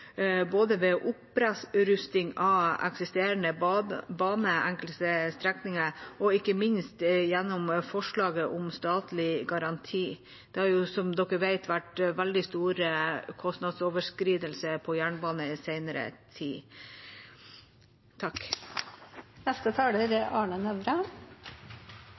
både gjennom opprusting av eksisterende bane og enkeltstrekninger og ikke minst gjennom forslaget om statlig garanti. Det har jo, som dere vet, vært veldig store kostnadsoverskridelser på jernbane i den senere tid. Alle skjønner jo hva som er